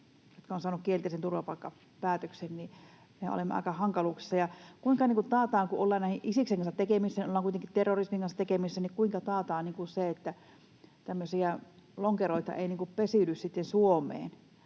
jotka ovat saaneet kielteisen turvapaikkapäätöksen, niin me olemme aika hankaluuksissa. Kun ollaan Isiksen kanssa tekemisissä, ollaan kuitenkin terrorismin kanssa tekemisissä, niin kuinka taataan se, että tämmöisiä lonkeroita ei pesiydy sitten